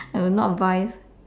I will not buy